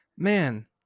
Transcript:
man